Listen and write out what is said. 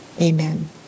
Amen